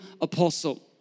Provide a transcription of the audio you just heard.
apostle